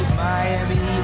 Miami